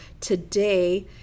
today